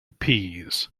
peas